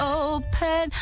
open